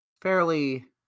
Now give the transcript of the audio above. fairly